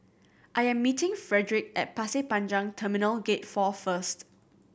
I am meeting Fredrick at Pasir Panjang Terminal Gate Four first